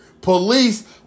Police